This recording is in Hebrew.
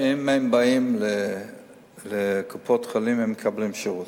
שאם הם באים לקופות-חולים הם מקבלים שירות.